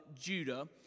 Judah